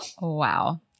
Wow